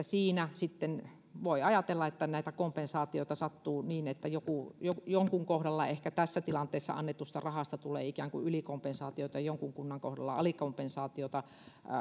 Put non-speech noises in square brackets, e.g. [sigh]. [unintelligible] siinä sitten voi ajatella että näitä kompensaatioita sattuu niin että jonkun kohdalla ehkä tässä tilanteessa annetusta rahasta tulee ikään kuin ylikompensaatiota ja jonkun kunnan kohdalla alikompensaatiota